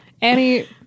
Annie